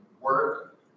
Work